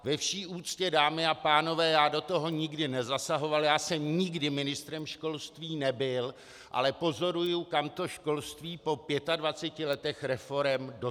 Ve vší úctě, dámy a pánové, já do toho nikdy nezasahoval, já jsem nikdy ministrem školství nebyl, ale pozoruji, kam to školství po 25 letech reforem dotáhlo.